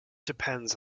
depends